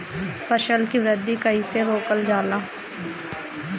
फसल के वृद्धि कइसे रोकल जाला?